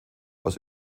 aus